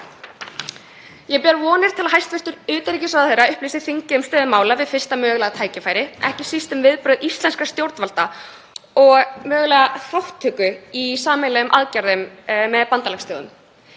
Ég á von á að hæstv. utanríkisráðherra upplýsi þingið um stöðu mála við fyrsta mögulega tækifæri, ekki síst um viðbrögð íslenskra stjórnvalda og mögulega þátttöku í sameiginlegum aðgerðum með bandalagsþjóðum.